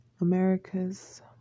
America's